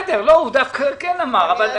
לא, הוא דווקא כן אמר.